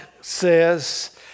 says